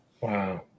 Wow